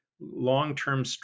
long-term